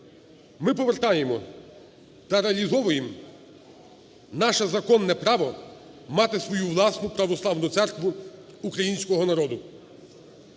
Ми повертаємо та реалізовуємо наше законне право мати свою власну Православну Церкву українського народу.